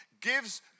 gives